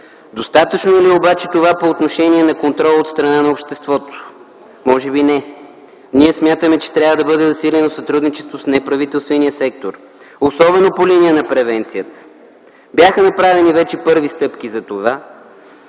Достатъчно ли е това по отношение на контрола от страна на обществото? Може би, не. Ние смятаме, че трябва да бъде засилено сътрудничеството с неправителствения сектор, особено по линия на превенцията. Бяха направени вече първи стъпки за това,